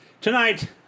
Tonight